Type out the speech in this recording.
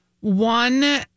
One